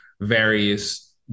various